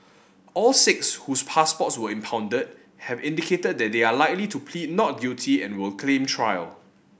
all six whose passports were impounded have indicated that they are likely to plead not guilty and will claim trial